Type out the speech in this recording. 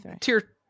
tier